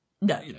No